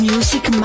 Music